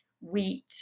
wheat